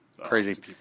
Crazy